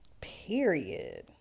period